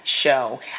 show